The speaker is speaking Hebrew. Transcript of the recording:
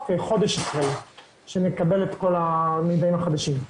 חודש אחרי שנקבל את כל המידעים החדשים.